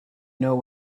know